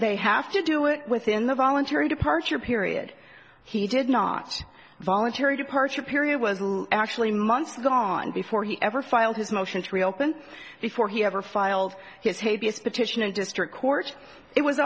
they have to do it within the voluntary departure period he did not voluntary departure period was long actually months gone before he ever filed his motions reopen before he ever filed his hey b s petition in district court it was